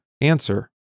answer